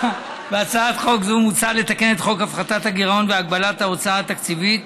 בהצעת חוק זו מוצע לתקן את חוק הפחתת הגירעון והגבלת ההוצאה התקציבית,